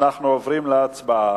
אנחנו עוברים להצבעה.